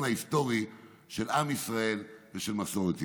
ההיסטורי של עם ישראל ושל מסורת ישראל.